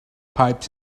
pipes